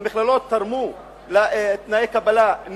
הן תרמו לתנאי קבלה,